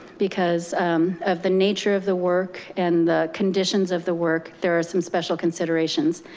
because of the nature of the work and the conditions of the work, there are some special considerations.